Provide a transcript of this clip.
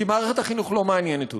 כי מערכת החינוך לא מעניינת אותו,